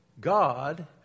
God